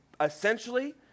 essentially